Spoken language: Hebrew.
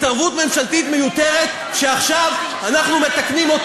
התערבות ממשלתית מיותרת שעכשיו אנחנו מתקנים.